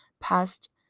past